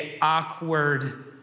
awkward